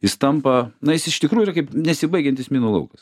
jis tampa na jis iš tikrųjų kaip nesibaigiantis minų laukas